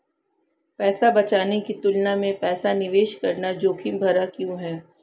पैसा बचाने की तुलना में पैसा निवेश करना जोखिम भरा क्यों है?